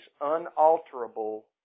unalterable